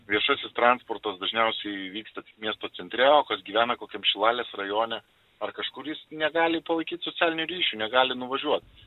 viešasis transportas dažniausiai vyksta miesto centre o kas gyvena kokiam šilalės rajone ar kažkur jis negali to laikyt socialiniu ryšiu negali nuvažiuot